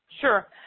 Sure